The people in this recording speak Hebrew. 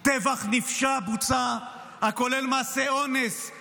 אתה רוצה שהשמאל הרדיקלי יחקור את